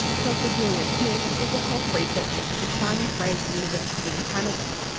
dr julia smith is a health researcher from simon fraser university in canada,